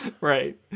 Right